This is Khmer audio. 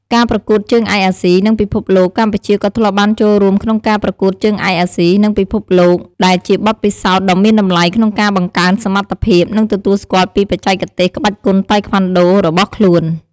ការប្រកួតជើងឯកអាស៊ី និងពិភពលោក កម្ពុជាក៏ធ្លាប់បានចូលរួមក្នុងការប្រកួតជើងឯកអាស៊ី និងពិភពលោក ដែលជាបទពិសោធន៍ដ៏មានតម្លៃក្នុងការបង្កើនសមត្ថភាព និងទទួលស្គាល់ពីបច្ចេកទេសក្បាច់គុនតៃក្វាន់ដូរបស់ខ្លួន។